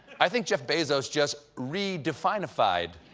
i think jeff bezos just redefine-ified